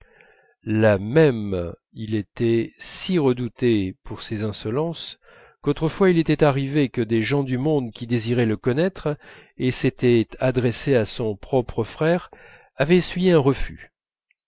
là même il était si redouté pour ses insolences qu'autrefois il était arrivé que des gens du monde qui désiraient le connaître et s'étaient adressés à son propre frère avaient essuyé un refus